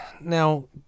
Now